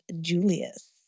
Julius